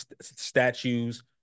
statues